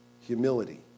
humility